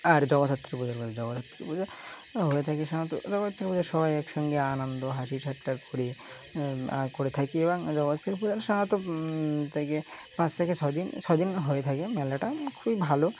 আর জগদ্ধাত্রী পূজো করে জগদ্ধাত্রী পূজো হয়ে থাকে সাধারণত জগদ্ধাত্রী পুজো সবাই একসঙ্গে আনন্দ হাসি ঠাট্টা করি করে থাকি এবং জগধাত্রী পূজার সাারতো থেকে পাঁচ থেকে সদিন সদিন হয়ে থাকে মেলাটা খুবই ভালো